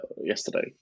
yesterday